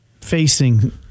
facing